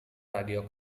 radio